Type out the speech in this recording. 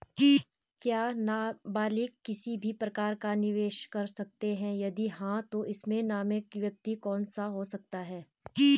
क्या नबालिग किसी भी प्रकार का निवेश कर सकते हैं यदि हाँ तो इसमें नामित व्यक्ति कौन हो सकता हैं?